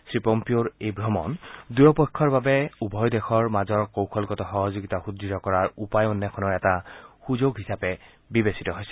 শ্ৰীপম্মিঅ'ৰ এই ভ্ৰমণ দুয়ো পক্ষৰ বাবে উভয় দেশৰ মাজৰ কৌশলগত সহযোগিতা সুদ্য় কৰাৰ উপায় অন্বেষণৰ এটা সুযোগ হিচাবে বিবেচিত হৈছে